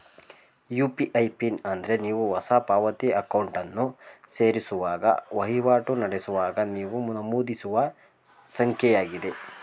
UPI PIN ಎಂದ್ರೆ ನೀವು ಹೊಸ ಪಾವತಿ ಅಕೌಂಟನ್ನು ಸೇರಿಸುವಾಗ ವಹಿವಾಟು ನಡೆಸುವಾಗ ನೀವು ನಮೂದಿಸುವ ಸಂಖ್ಯೆಯಾಗಿದೆ